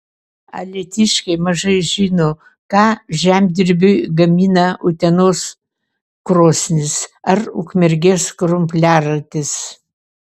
alytiškiai mažai žino ką žemdirbiui gamina utenos krosnys ar ukmergės krumpliaratis